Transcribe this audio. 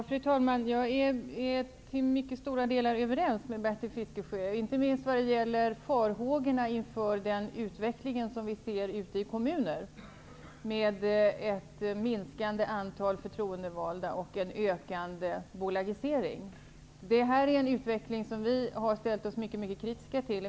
Fru talman! Jag är till mycket stora delar överens med Bertil Fiskesjö, inte minst vad gäller farhågorna inför den utveckling vi ser ute i kommunerna, med ett minskande antal förtroendevalda och en ökande bolagisering. Det är en utveckling som vi i Vänsterpartiet har ställt oss mycket kritiska till.